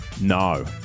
No